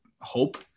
hope